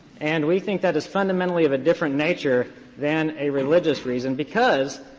and we think that is fundamentally of a different nature than a religious reason, because